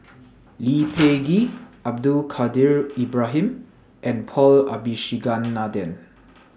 Lee Peh Gee Abdul Kadir Ibrahim and Paul Abisheganaden